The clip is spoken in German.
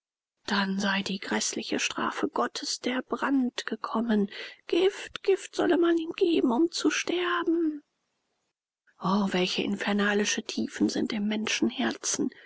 dann sei die gräßliche strafe gottes der brand gekommen gift gift solle man ihm geben um zu sterben o welche infernalische tiefen sind im menschenherzen